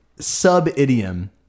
sub-idiom